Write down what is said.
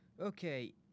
Okay